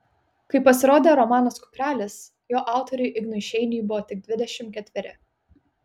kai pasirodė romanas kuprelis jo autoriui ignui šeiniui buvo tik dvidešimt ketveri